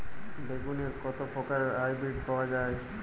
বেগুনের কত প্রকারের হাইব্রীড পাওয়া যায়?